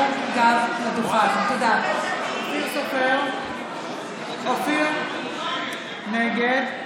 עטייה, נגד יצחק פינדרוס, נגד